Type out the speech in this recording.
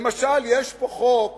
למשל יש פה חוק